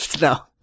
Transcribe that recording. no